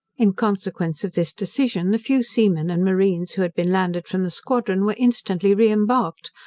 in consequence of this decision, the few seamen and marines who had been landed from the squadron, were instantly reimbarked,